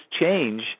change